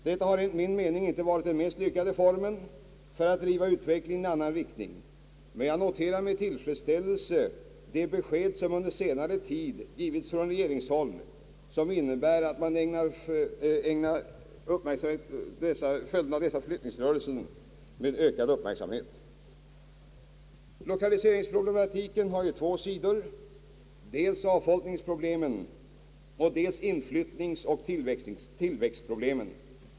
Detta har enligt min mening inte varit den mest lyckade formen för att driva utvecklingen i annan riktning, men jag noterar med tillfredsställelse de besked som under senare tid har givits från regeringshåll och som innebär att man skall ägna följderna av dessa flyttningsrörelser en ökad uppmärksamhet. Lokaliseringsproblematiken har ju två sidor, dels avfolkningsproblemen och dels inflyttningsoch tillväxtproblemen.